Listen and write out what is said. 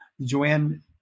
Joanne